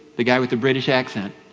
the guy with the british accent,